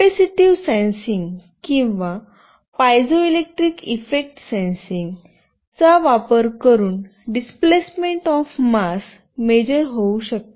capacitive sensing किंवा piezoelectric effect sensing चा वापर करून डिस्प्लेसमेंट ऑफ मास मेजर होऊ शकते